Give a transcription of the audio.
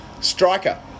Striker